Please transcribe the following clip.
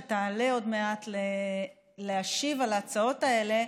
תעלה עוד מעט להשיב על ההצעות האלה,